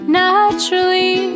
naturally